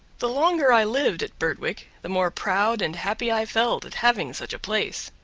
the longer i lived at birtwick the more proud and happy i felt at having such a place.